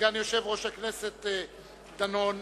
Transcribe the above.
סגן יושב-ראש הכנסת דנון.